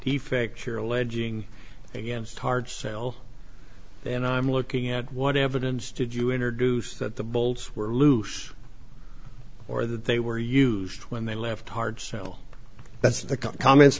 defect you're alleging against hard sell and i'm looking at what evidence did you introduce that the bolts were loose or that they were used when they left hard so that's the kind comments